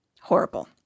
horrible